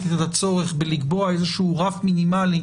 את הצורך בלקבוע איזה שהוא רף מינימלי,